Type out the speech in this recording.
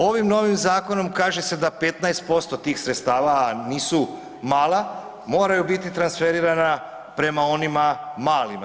Ovim novim zakonom kaže se da 15% tih sredstava nisu mala, moraju biti transferirana prema onima malima.